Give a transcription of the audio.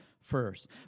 first